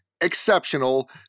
exceptional